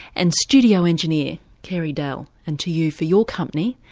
and studio engineer carey dell and to you, for your company.